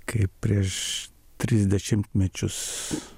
kaip prieš tris dešimtmečius